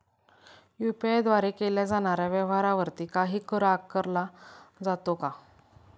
UPI द्वारे केल्या जाणाऱ्या व्यवहारावरती काही कर आकारला जातो का?